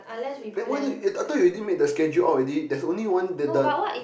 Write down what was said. then why don't I thought you already made the schedule out already there is only one that the